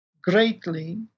greatly